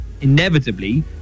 inevitably